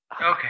Okay